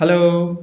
hello